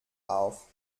auf